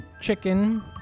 chicken